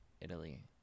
Italy